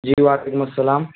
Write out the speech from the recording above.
جی وعلیکم السلام